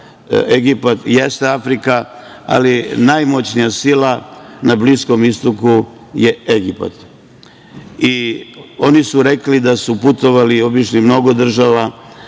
Egipat jeste Afrika, ali najmoćnija sila na Bliskom istoku je Egipat, oni su rekli da su putovali, obišli mnogo država